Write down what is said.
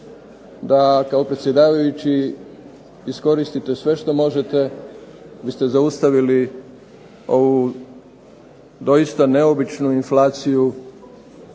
da kao predsjedavajući iskoristite sve što možete da biste zaustavili ovu doista neobičnu inflaciju